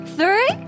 three